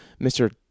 Mr